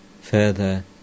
Further